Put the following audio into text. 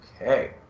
Okay